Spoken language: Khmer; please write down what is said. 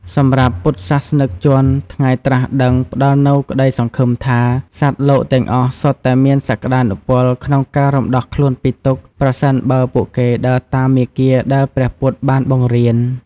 សម្រាប់ពុទ្ធសាសនិកជន ថ្ងៃត្រាស់ដឹងផ្តល់នូវក្តីសង្ឃឹមថា សត្វលោកទាំងអស់សុទ្ធតែមានសក្ដានុពលក្នុងការរំដោះខ្លួនពីទុក្ខ ប្រសិនបើពួកគេដើរតាមមាគ៌ាដែលព្រះពុទ្ធបានបង្រៀន។